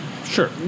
Sure